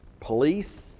police